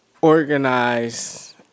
organize